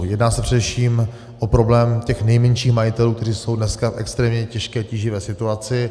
Jedná se především o problém těch nejmenších majitelů, kteří jsou dneska v extrémně těžké a tíživé situaci.